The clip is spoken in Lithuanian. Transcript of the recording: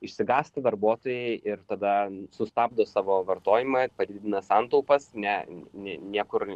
išsigąsta darbuotojai ir tada sustabdo savo vartojimą padidina santaupas ne ne niekur